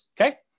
okay